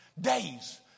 days